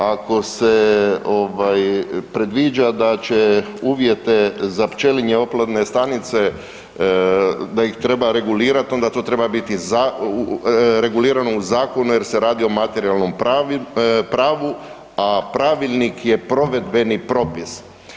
Ako se ovaj, predviđa da će uvjete za pčelinje oplodne stanice, da ih treba regulirati, onda to treba biti regulirano u zakonu jer se radi o materijalnom pravu, a pravilnik je provedbeni propis.